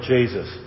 Jesus